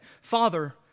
Father